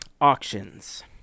auctions